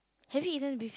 have you eaten beef